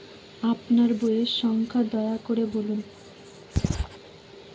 আপনার বইয়ের সংখ্যা দয়া করে বলুন?